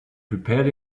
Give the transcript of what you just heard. prepared